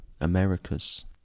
america's